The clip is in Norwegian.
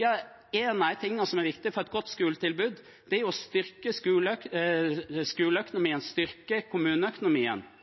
Ja, en av de tingene som er viktige for et godt skoletilbud, er jo å styrke skoleøkonomien og styrke kommuneøkonomien.